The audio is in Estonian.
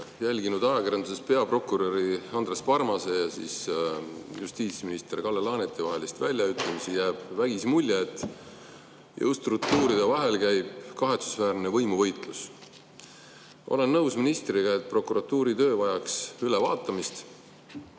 Jälgides ajakirjanduses peaprokurör Andres Parmase ja justiitsminister Kalle Laaneti omavahelisi väljaütlemisi, jääb vägisi mulje, et jõustruktuuride vahel käib kahetsusväärne võimuvõitlus. Olen ministriga nõus, et prokuratuuri töö vajaks ülevaatamist.